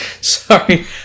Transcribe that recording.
Sorry